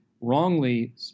wrongly